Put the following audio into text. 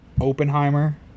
Oppenheimer